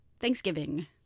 Thanksgiving